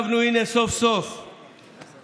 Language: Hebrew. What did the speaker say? חשוב שנאמר כאן הערב שזהו גם ערב של